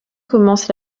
commence